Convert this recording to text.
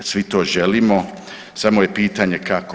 Svi to želimo samo je pitanje kako.